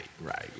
right